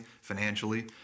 financially